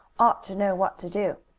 ought to know what to do.